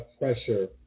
pressure